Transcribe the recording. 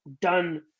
done